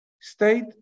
state